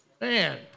Man